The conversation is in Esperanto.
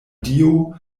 dio